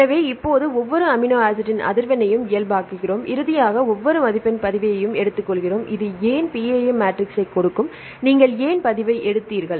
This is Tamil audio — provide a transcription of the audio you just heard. எனவே இப்போது ஒவ்வொரு அமினோ ஆசிட்டின் அதிர்வெண்ணையும் இயல்பாக்குகிறோம் இறுதியாக ஒவ்வொரு மதிப்பின் பதிவையும் எடுத்துக்கொள்கிறோம் இது ஏன் PAM மேட்ரிக்ஸைக் கொடுக்கும் நீங்கள் ஏன் பதிவை எடுத்தீர்கள்